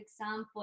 example